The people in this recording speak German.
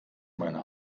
meine